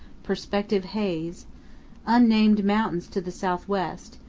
perspective haze unnamed mountains to the southwest,